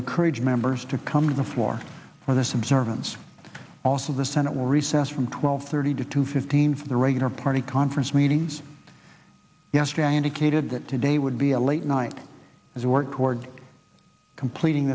encourage members to come to the floor for this observance also the senate will recess from twelve thirty to two fifteen for the regular party conference meetings yesterday indicated that today would be a late night as work toward completing